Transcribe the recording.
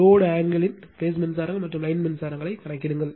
load ஆங்கிள்ன் phase மின்சாரங்கள் மற்றும் லைன் மின்சாரங்களை கணக்கிடுங்கள்